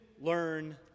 learn